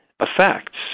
Effects